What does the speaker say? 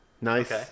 Nice